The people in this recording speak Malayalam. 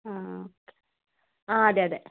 ആ ഓക്കെ ആ അതെ അതെ